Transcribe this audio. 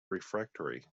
refractory